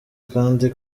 kandi